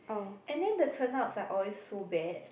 and then the turnouts are always so bad